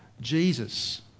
Jesus